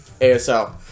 ASL